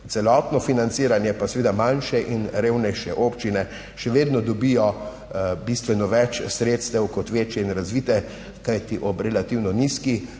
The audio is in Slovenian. celotno financiranje, pa seveda manjše in revnejše občine, še vedno dobijo bistveno več sredstev kot večje in razvite, kajti ob relativno nizki